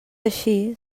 així